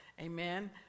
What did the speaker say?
amen